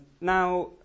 Now